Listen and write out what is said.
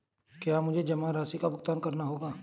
क्या मुझे जमा राशि का भुगतान करना होगा?